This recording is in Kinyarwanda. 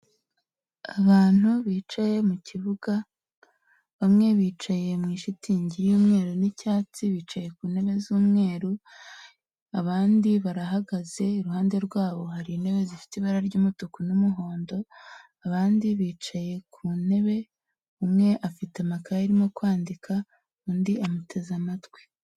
Abantu bicaye mu kibuga, bamwe bicaye mu ishitingi y'umweru n'icyatsi bicaye ku ntebe z'umweru, abandi barahagaze iruhande rwabo hari intebe zifite ibara ry'umutuku n'umuhondo, abandi bicaye ku ntebe, umwe afite amakayi arimo kwandika undi amuteze amatwi.